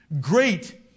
great